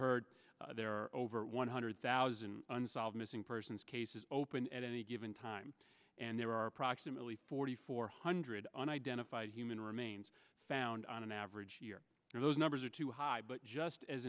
heard there are over one hundred thousand unsolved missing persons cases open at any given time and there are approximately forty four hundred unidentified human remains found on an average year those numbers are too high but just as